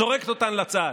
זורקת אותן לצד.